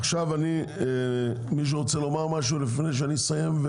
עכשיו מישהו רוצה לומר משהו לפני שאני אסיים?